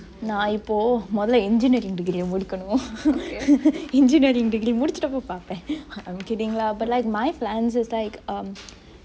நா இப்பொ மொதல்ல:naa ippo mothele engineering degree ய முடிக்கனு:ye mudikunu engineering degree முடிச்சுட்டப்போ பாப்பெ:mudichutappe paape I'm kidding lah but like my plans is like um